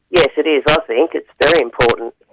yes, it is, i think, it's very important.